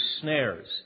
snares